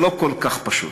זה לא כל כך פשוט,